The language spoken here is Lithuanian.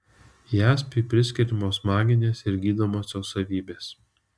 jaspiui priskiriamos maginės ir gydomosios savybės